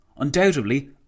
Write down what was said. Undoubtedly